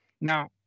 Now